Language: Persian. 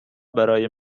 برای